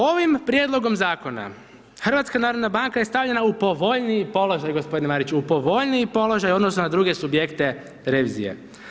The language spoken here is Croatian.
Ovim prijedlogom zakona HNB je stavljena u povoljniji položaj gospodine Mariću, u povoljniji položaj u odnosu na druge subjekte revizije.